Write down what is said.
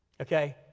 Okay